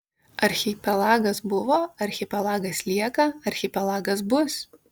archipelagas buvo archipelagas lieka archipelagas bus